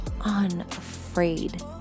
unafraid